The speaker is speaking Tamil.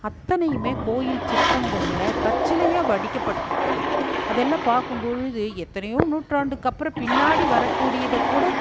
அத்தனையுமே கோயில் சிற்பங்களில் கற்சிலையாக வடிக்கப்பட்டிருக்குது அதெல்லாம் பார்க்கும் பொழுது எத்தனையோ நூற்றாண்டுக்கு அப்புறம் பின்னாடி வரக்கூடியதைக் கூட